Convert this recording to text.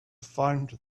find